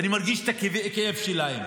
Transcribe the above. ואני מרגיש את הכאב שלהם